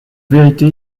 vérité